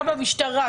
גם במשטרה,